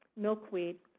milkweed.